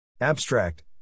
Abstract